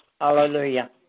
hallelujah